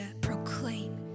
proclaim